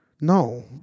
No